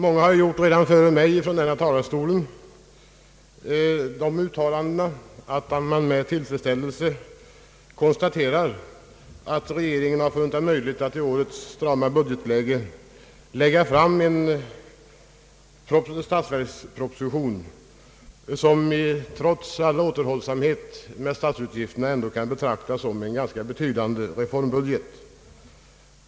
Många har redan före mig från denna talarstol med tillfredsställelse konstaterat att regeringen har funnit det möjligt att i årets strama budgetläge lägga fram en statsverksproposition, som i all sin återhållsamhet med statsutgifterna ändå kan betecknas såsom en ganska betydande reformbudget.